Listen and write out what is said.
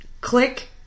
click